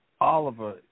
Oliver